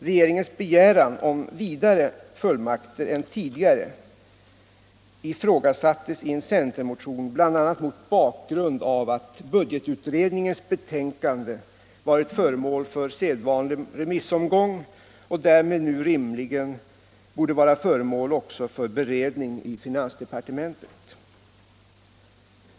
Regeringens begäran om vidare finansfullmakter än tidigare ifrågasattes i en centermotion, bl.a. mot bakgrund av att budgetutredningens betänkande varit föremål för sedvanlig remissomgång och därmed nu rimligen också borde undergå beredning i finansdepartementet.